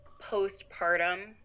postpartum